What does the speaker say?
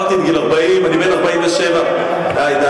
עברתי את גיל 40. אני בן 47. די.